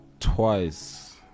twice